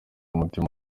umutima